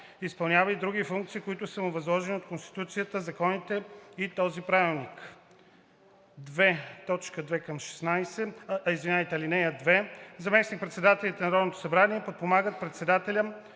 изпълнява и други функции, които са му възложени от Конституцията, законите и този правилник. (2) Заместник-председателите на Народното събрание подпомагат председателя